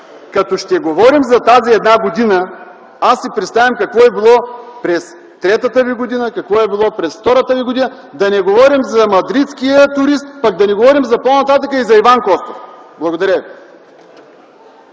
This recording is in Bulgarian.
Като ще говорим за тази една година, аз си представям какво е било през третата Ви година, какво е било през втората Ви година, да не говорим за мадридския турист, да не говорим по-нататък и за Иван Костов. Благодаря.